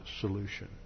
solution